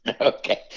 Okay